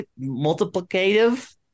multiplicative